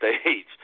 stage